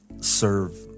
serve